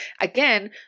again